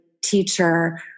teacher